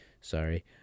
sorry